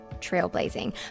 trailblazing